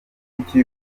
kuki